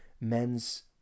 men's